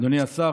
אדוני השר,